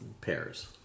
pairs